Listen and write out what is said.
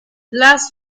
las